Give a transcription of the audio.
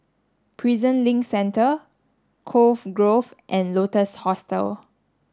Prison Link Centre Cove Grove and Lotus Hostel